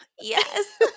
Yes